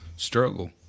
Struggle